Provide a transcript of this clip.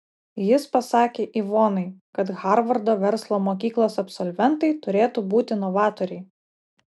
jis pasakė ivonai kad harvardo verslo mokyklos absolventai turėtų būti novatoriai